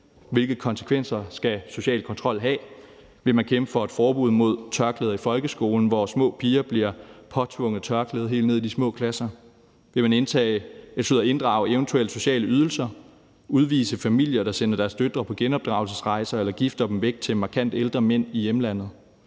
Hvilke konsekvenser skal social kontrol have? Vil man kæmpe for et forbud mod tørklæder i folkeskolen, hvor små piger bliver påtvunget tørklæder helt ned i de små klasser? Vil man inddrage eventuelle sociale ydelser eller udvise familier, der sender deres døtre på genopdragelsesrejser eller gifter dem væk til markant ældre mænd i hjemlandet?